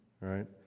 right